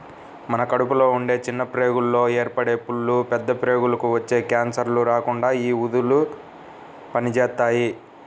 మన కడుపులో ఉండే చిన్న ప్రేగుల్లో ఏర్పడే పుళ్ళు, పెద్ద ప్రేగులకి వచ్చే కాన్సర్లు రాకుండా యీ ఊదలు పనిజేత్తాయి